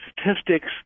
statistics